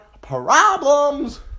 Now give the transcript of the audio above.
problems